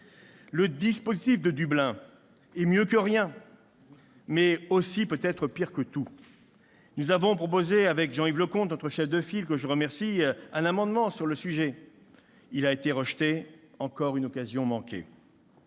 Le dispositif de Dublin est mieux que rien, mais aussi peut-être pire que tout. Nous avons proposé, avec Jean-Yves Leconte, notre chef de file sur ce texte que je remercie, un amendement sur le sujet. Il a été rejeté. Encore une occasion manquée